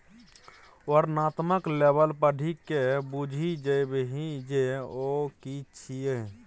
वर्णनात्मक लेबल पढ़िकए बुझि जेबही जे ओ कि छियै?